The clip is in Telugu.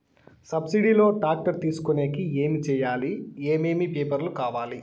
సబ్సిడి లో టాక్టర్ తీసుకొనేకి ఏమి చేయాలి? ఏమేమి పేపర్లు కావాలి?